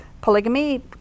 polygamy